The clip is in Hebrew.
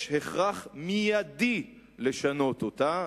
יש הכרח מיידי לשנות אותה,